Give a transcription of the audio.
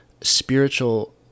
spiritual